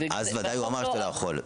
אז ודאי הוא אמר שאתה לא יכול.